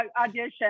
audition